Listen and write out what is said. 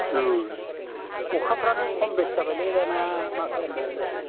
ओम अखाफ्रानो खम बेस जाबायलै दाना मा खालामबावनोरा